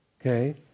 Okay